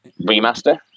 remaster